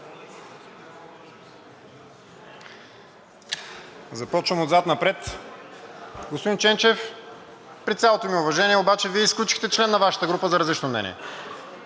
Започвам отзад напред. Господин Ченчев, при цялото ми уважение, обаче Вие изключихте член на Вашата група за различно мнение.